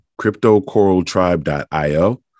CryptoCoralTribe.io